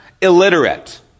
illiterate